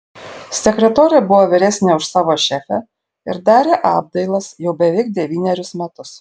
sekretorė buvo vyresnė už savo šefę ir darė apdailas jau beveik devynerius metus